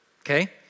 okay